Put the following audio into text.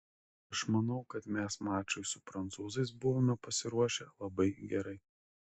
aš manau kad mes mačui su prancūzais buvome pasiruošę labai gerai